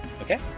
Okay